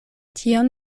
tion